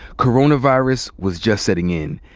coronavirus was just setting in,